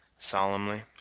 solemnly